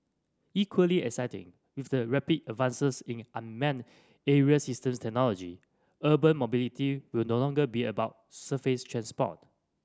equally exciting with the rapid advances in unmanned aerial systems technology urban mobility will no longer be about surface transport